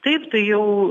taip tai jau